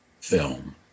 film